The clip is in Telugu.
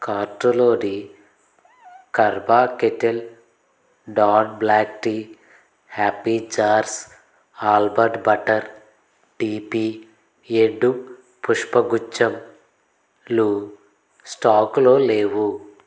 కార్టులోని Karma Kettle dot black tea happy chars almond butter DP ఎండు పుష్పగుచ్చాలు స్టాకులో లేవు